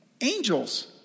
angels